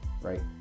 right